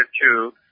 two